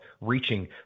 reaching